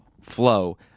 flow